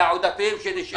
-- העודפים שנשארו.